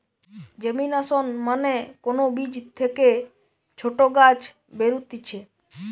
germination মানে কোন বীজ থেকে ছোট গাছ বেরুতিছে